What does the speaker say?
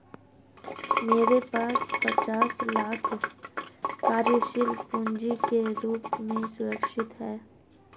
मेरे पास पचास लाख कार्यशील पूँजी के रूप में सुरक्षित हैं